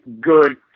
good